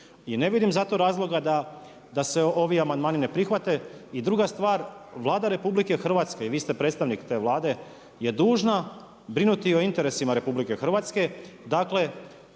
I ne vidim zato razloga da se ovi amandmani ne prihvate. I druga stvar, Vlada RH, vi ste predstavnik te Vlade je dužna brinuti o interesima RH, dakle